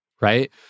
right